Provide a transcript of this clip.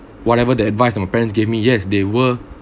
whatever the advice that my parents gave me yes they were